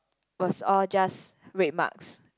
was all just red marks